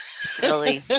silly